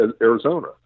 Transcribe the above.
Arizona